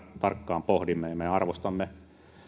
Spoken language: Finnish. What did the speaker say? tarkkaan sitä pohdimme ja arvostamme